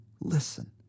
Listen